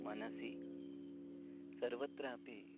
मनसि सर्वत्रापि